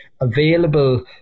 available